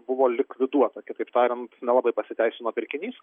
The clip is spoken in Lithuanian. buvo likviduota kitaip tariant nelabai pasiteisino pirkinys